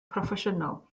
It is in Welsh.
proffesiynol